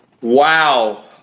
Wow